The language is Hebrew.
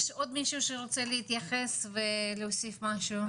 יש עוד מישהו שרוצה להתייחס ולהוסיף משהו?